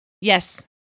Yes